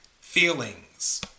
feelings